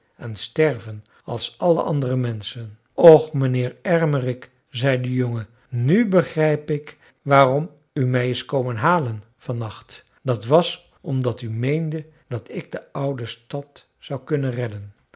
en sterven als alle andere menschen och mijnheer ermerik zei de jongen nu begrijp ik waarom u mij is komen halen van nacht dat was omdat u meende dat ik de oude stad zou kunnen redden